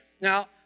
Now